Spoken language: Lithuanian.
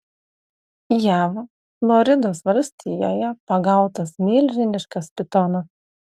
jav floridos valstijoje pagautas milžiniškas pitonas